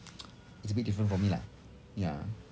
it's a bit different for me lah ya